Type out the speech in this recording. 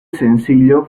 sencillo